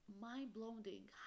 mind-blowing